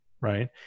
right